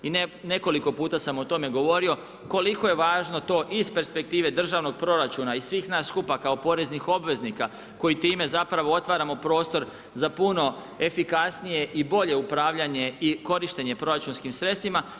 I nekoliko puta sam o tome govorio koliko je važno to iz perspektive državnog proračuna i svih nas skupa kao poreznih obveznika koji time zapravo otvaramo prostor za puno efikasnije i bolje upravljanje i korištenje proračunskim sredstvima.